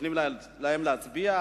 נותנים להם להצביע.